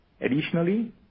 Additionally